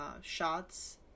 shots